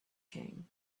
king